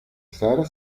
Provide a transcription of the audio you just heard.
sara